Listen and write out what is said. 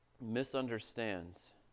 misunderstands